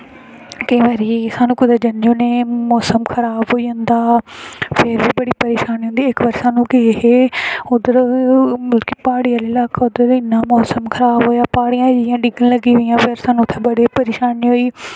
केईं बारी सानूं कुदै जन्ने होन्ने मोसम खराब होई जंदा फिर बड़ी परेशानी आंदी इक बारी सानूं गे हे उद्धर मतलब कि प्हाड़ी लाह्का उद्धर इन्ना मोसम खराब होएआ प्हाड़ियां इ'यां डिग्गन लगी पेइयां उद्धर सानूं उत्थें बड़ी परेशानी होई